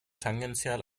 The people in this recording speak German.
tangential